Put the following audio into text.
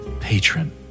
patron